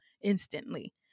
instantly